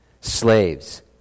Slaves